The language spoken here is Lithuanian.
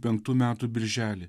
penktų metų birželį